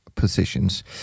positions